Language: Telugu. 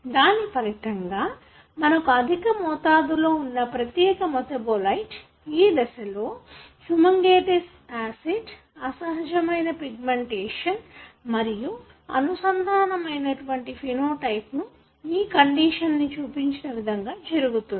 దాని ఫలితంగా మనకు అధిగమోతాదులో వున్న ప్రత్యేక మెటాబోలైట్ ఈ దశలో హోమోగేంటీసీ ఆసిడ్ అసహజమైన పిగ్మెంటేషన్ మరియు అనుసంధానమైనటువంటి ఫెనోటైప్ను ఈ కండిషన్ చూపించిన విధంగా జరుగుతుంది